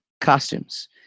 costumes